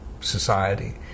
society